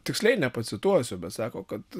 tiksliai nepacituosiu bet sako kad